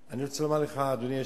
אני רוצה לומר לך, אדוני היושב-ראש,